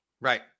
Right